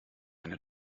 eine